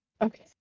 Okay